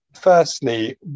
Firstly